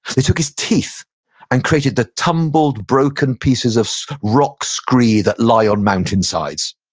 they took his teeth and created the tumbled, broken pieces of rock scree that lie on mountainsides.